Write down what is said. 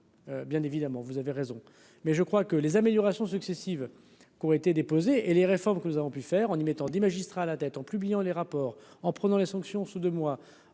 bien évidemment, vous avez raison, mais je crois que les améliorations successives qui ont été déposés et les réformes que nous avons pu faire en y mettant des magistrats à la dette, en publiant les rapports en prenant les sanctions sous 2 mois,